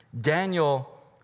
Daniel